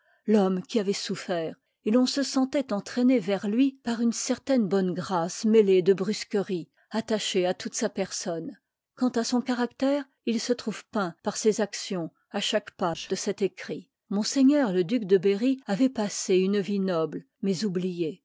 l'homme qui avoit souffert et l'on se sentoit entraîné vers lui par une certaine bonne grâce mêlée de brusquerie attachée à toute sa personne quant à son caractère il se trouve peint par ses actions à chaque page de cet écrit m le duc de berry avoit passé une vie noble mais oubliée